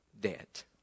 debt